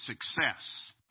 success